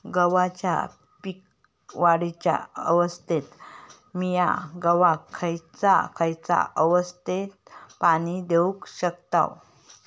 गव्हाच्या पीक वाढीच्या अवस्थेत मिया गव्हाक खैयचा खैयचा अवस्थेत पाणी देउक शकताव?